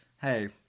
hey